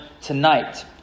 tonight